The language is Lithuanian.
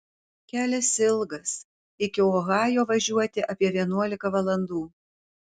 kelias ilgas iki ohajo važiuoti apie vienuolika valandų